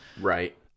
Right